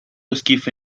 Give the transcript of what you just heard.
esquife